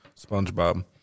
SpongeBob